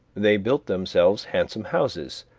they built themselves handsome houses,